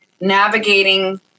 navigating